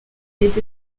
les